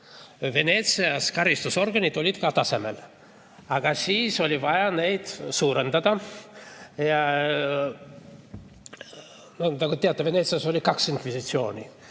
Veneetsias olid karistusorganid tasemel, aga siis oli vaja neid suurendada. Nagu teate, Veneetsias oli kaks inkvisitsiooni.